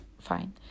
fine